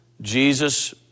Jesus